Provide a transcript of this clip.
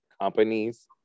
companies